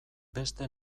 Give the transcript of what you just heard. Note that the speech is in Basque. beste